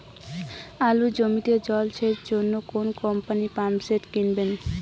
আলুর জমিতে জল সেচের জন্য কোন কোম্পানির পাম্পসেট কিনব?